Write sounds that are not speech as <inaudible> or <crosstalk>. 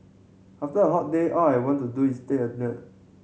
after a hot day all I want to do is take a <unintelligible>